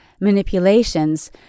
Manipulations